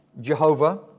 Jehovah